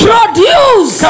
Produce